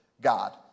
God